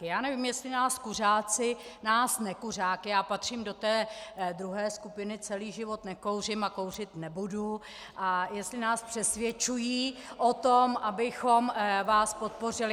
Já nevím, jestli nás kuřáci nás nekuřáky já patřím do té druhé skupiny, celý život nekouřím a kouřit nebudu a jestli nás přesvědčují o tom, abychom vás podpořili.